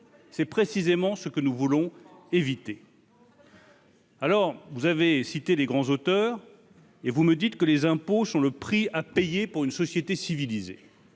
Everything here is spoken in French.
c'est précisément ce que nous voulons éviter. Alors vous avez cité des grands auteurs et vous me dites que les impôts sont le prix à payer pour une société civilisée,